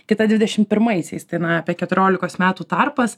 kita dvidešim pirmaisiais tai na apie keturiolikos metų tarpas